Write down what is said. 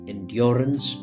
Endurance